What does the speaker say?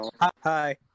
hi